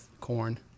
corn